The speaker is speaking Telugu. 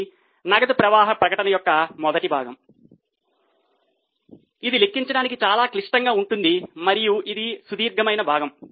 ఇది నగదు ప్రవాహ ప్రకటన యొక్క మొదటి భాగం ఇది లెక్కించడానికి చాలా క్లిష్టంగా ఉంటుంది మరియు ఇది సుదీర్ఘమైన భాగం